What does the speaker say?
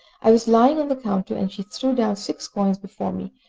i was lying on the counter, and she threw down six coins before me,